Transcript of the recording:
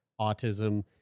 autism